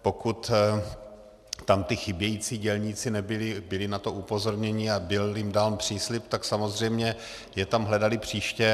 Pokud tam ti chybějící dělníci nebyli, byli na to upozorněni a byl jim dán příslib, tak samozřejmě je tam hledali příště.